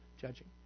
judging